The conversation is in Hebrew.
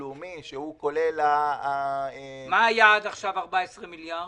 הלאומי שהוא כולל --- מה היה עד עכשיו 14 מיליארד?